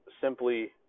simply